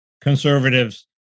conservatives